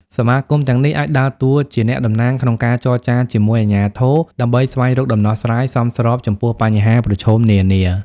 សមាគមទាំងនេះអាចដើរតួជាអ្នកតំណាងក្នុងការចរចាជាមួយអាជ្ញាធរ ដើម្បីស្វែងរកដំណោះស្រាយសមស្របចំពោះបញ្ហាប្រឈមនានា ។